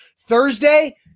Thursday